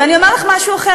ואני אומר לך משהו אחר.